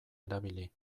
erabili